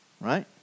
Right